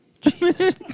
Jesus